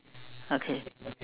okay